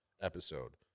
episode